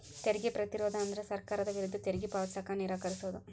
ತೆರಿಗೆ ಪ್ರತಿರೋಧ ಅಂದ್ರ ಸರ್ಕಾರದ ವಿರುದ್ಧ ತೆರಿಗೆ ಪಾವತಿಸಕ ನಿರಾಕರಿಸೊದ್